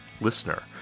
listener